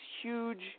huge